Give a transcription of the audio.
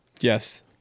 Yes